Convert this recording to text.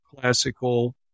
classical